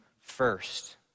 first